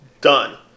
done